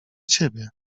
ciebie